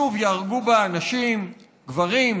שוב ייהרגו בה אנשים: גברים,